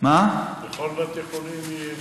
בכל בתי החולים?